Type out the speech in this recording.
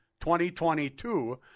2022